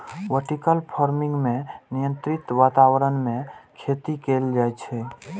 vertical farming मे नियंत्रित वातावरण मे खेती कैल जाइ छै